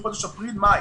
מחודש אפריל-מאי.